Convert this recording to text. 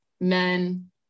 men